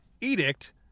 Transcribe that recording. edict